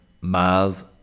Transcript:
Mars